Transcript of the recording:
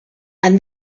and